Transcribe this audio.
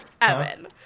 Evan